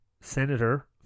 senator